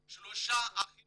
לאישה יש שלושה אחים